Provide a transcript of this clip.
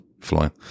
flying